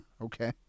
Okay